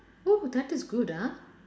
oh that is good ah